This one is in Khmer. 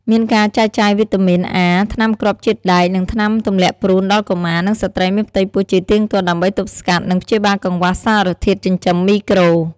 មានការចែកចាយវីតាមីនអា ថ្នាំគ្រាប់ជាតិដែក និងថ្នាំទម្លាក់ព្រូនដល់កុមារ និងស្ត្រីមានផ្ទៃពោះជាទៀងទាត់ ដើម្បីទប់ស្កាត់ និងព្យាបាលកង្វះសារធាតុចិញ្ចឹមមីក្រូ។